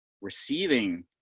receiving